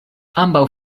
ambaŭ